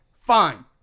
Fine